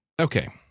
okay